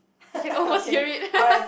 you can almost hear it